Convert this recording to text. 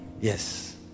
Yes